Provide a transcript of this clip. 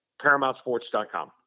paramountsports.com